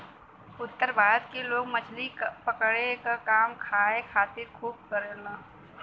उत्तर भारत के लोग मछली पकड़े क काम खाए खातिर खूब करलन